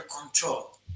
control